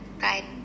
Bye